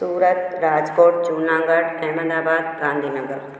Surat Rajkot Junagadh Ahmedabad Gandhinagar